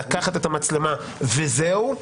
לקחת את המצלמה וזהו,